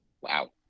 Wow